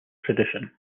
tradition